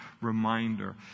reminder